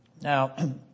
Now